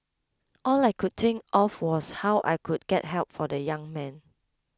all I could think of was how I could get help for the young man